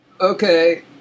Okay